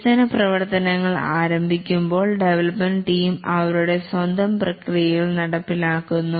വികസന പ്രവർത്തനങ്ങൾ ആരംഭിക്കുമ്പോൾ ഡെവലപ്മെൻറ് ടീം അവരുടെ സ്വന്തം പ്രക്രിയകൾ നടപ്പിലാക്കുന്നു